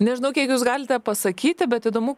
nežinau kiek jūs galite pasakyti bet įdomu